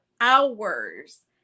hours